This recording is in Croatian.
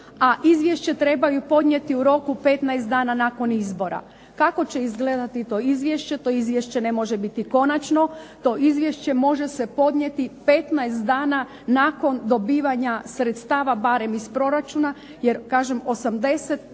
izvješće trebaju podnijeti u roku 15 dana nakon izbora. Kako će izgledati to izvješće? To izvješće ne može biti konačno. To izvješće može se podnijeti 15 dana nakon dobivanja sredstava barem iz proračuna, jer kažem